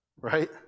right